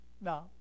No